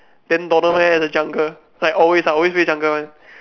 then Donovan and the jungle like always ah always play jungle one